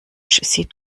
sieht